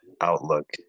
outlook